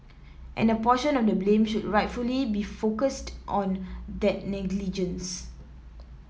and a portion of the blame should rightly be focused on that negligence